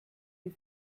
die